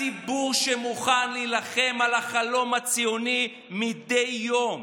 הציבור שמוכן להילחם על החלום הציוני מדי יום,